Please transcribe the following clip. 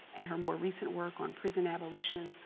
and her more recent work on prison abolition,